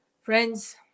friends